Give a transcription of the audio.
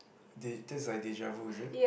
de~ that's like deja vu is it